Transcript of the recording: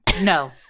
No